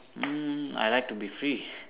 mm I like to be free